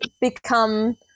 become